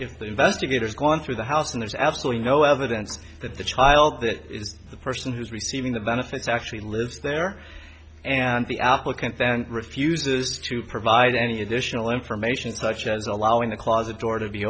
if the investigators gone through the house and there's absolutely no evidence that the child is the person who is receiving the benefits actually lives there and the applicant then refuses to provide any additional information such as allowing the closet door to be